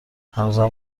هنوزم